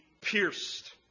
pierced